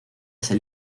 ese